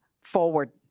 forward